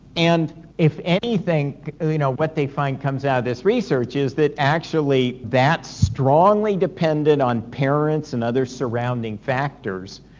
and if anything, you know what they find comes out of this research is that actually that's strongly dependent on parents and other surrounding factors.